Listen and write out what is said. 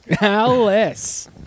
Alice